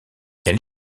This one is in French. elle